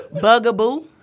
Bugaboo